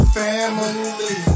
family